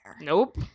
Nope